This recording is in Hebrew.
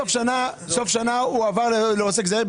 בסוף שנה הוא עבר לעוסק זעיר,